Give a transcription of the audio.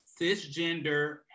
cisgender